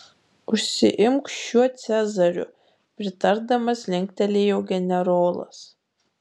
užsiimk šiuo cezariu pritardamas linktelėjo generolas